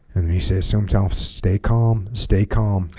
and he says sometimes stay calm stay calm